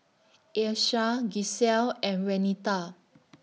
Ayesha Gisselle and Renita